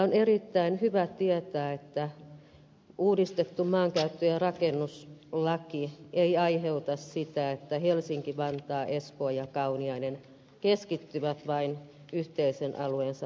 on erittäin hyvä tietää että uudistettu maankäyttö ja rakennuslaki ei aiheuta sitä että helsinki vantaa espoo ja kauniainen keskittyvät vain yhteisen alueensa maankäytön suunnitteluun